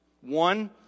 One